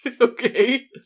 Okay